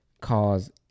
cause